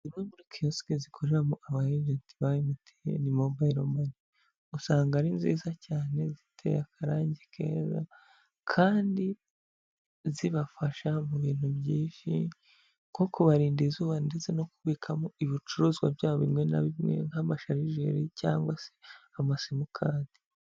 Zimwe muri kiyosike zikoreramo aba egenti ba MTN mobayiro mani usanga ari nziza cyane ziteye akarange keza kandi zibafasha mu bintu byinshi nko kubarinda izuba ndetse no kubikamo ibicuruzwa byabo bimwe na bimwe nk'amasharijeri cyangwa se amasimukadi.